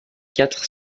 quatre